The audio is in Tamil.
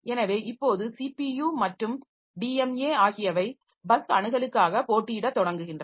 எனவே இப்போது ஸிபியு மற்றும் டிஎம்ஏ ஆகியவை பஸ் அணுகலுக்காக போட்டியிடத் தொடங்குகின்றன